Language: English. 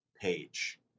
page